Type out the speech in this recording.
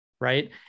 Right